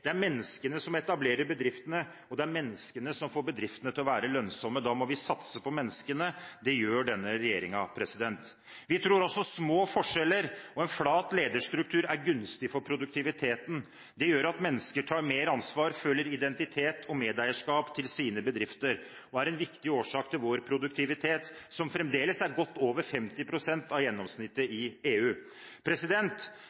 Det er menneskene som etablerer bedriftene, og det er menneskene som får bedriftene til å være lønnsomme. Da må vi satse på menneskene. Det gjør denne regjeringen. Vi tror også at små forskjeller og en flat lederstruktur er gunstig for produktiviteten. Det gjør at mennesker tar mer ansvar, føler identitet og medeierskap til sine bedrifter og er en viktig årsak til vår produktivitet, som fremdeles er godt over 50 pst. av gjennomsnittet